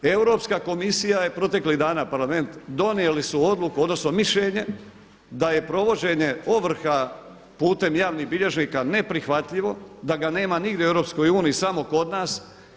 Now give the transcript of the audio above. Europska komisija je proteklih dana, Parlament, donijeli su odluku odnosno mišljenje da je provođenje ovrha putem javnih bilježnika neprihvatljivo, da ga nema nigdje u EU samo kod nas.